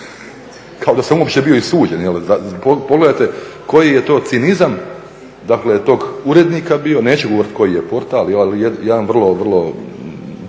kao da sam uopće bio i suđen. Pogledajte koji je to cinizam, dakle tog urednika, neću govoriti je portal, ali jedan vrlo, vrlo